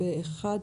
הצבעה אושרה.